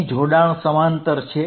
અહિ જોડાણ સમાંતર છે